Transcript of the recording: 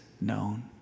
known